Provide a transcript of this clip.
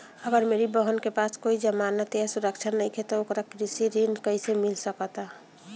अगर मेरी बहन के पास कोई जमानत या सुरक्षा नईखे त ओकरा कृषि ऋण कईसे मिल सकता?